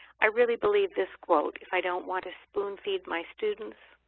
i really believe this quote. if i don't want to spoon feed my students,